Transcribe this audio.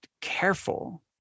careful